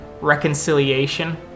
reconciliation